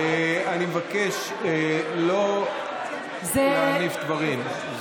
אני מבקש לא להניף דברים.